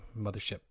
mothership